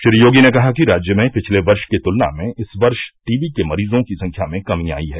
श्री योगी ने कहा कि राज्य में पिछले वर्ष की तुलना में इस वर्ष टीबी के मरीजों की संख्या में कमी आयी है